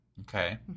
Okay